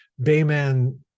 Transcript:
Bayman